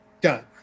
Done